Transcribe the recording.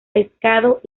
pescado